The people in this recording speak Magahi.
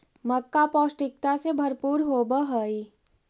मक्का पौष्टिकता से भरपूर होब हई